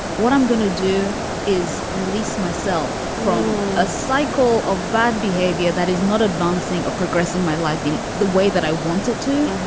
what i'm gonna do is release myself from a cycle of bad behavior that is not advancing or progressing my life in the way that i want it to.